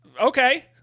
Okay